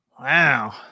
Wow